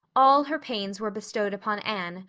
all her pains were bestowed upon anne,